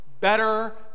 better